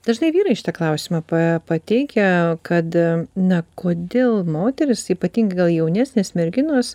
dažnai vyrai šitą klausimą pa pateikia kad na kodėl moterys ypatingai gal jaunesnės merginos